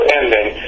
ending